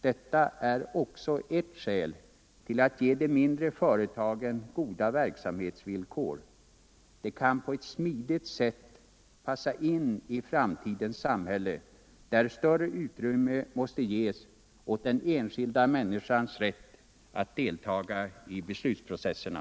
Detta är också ett skäl till att ge de mindre företagen goda verksamhetsvillkor. De kan på ett smidigt sätt passa in i framtidens samhälle, där större utrymme måste ges åt den enskilda människans rätt att deltaga i beslutsprocesserna.